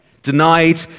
Denied